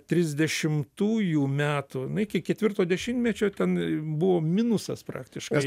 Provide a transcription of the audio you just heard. trisdešimtųjų metų nu iki ketvirto dešimtmečio ten buvo minusas praktiškas